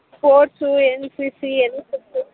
sports N C C ಎಲ್ಲ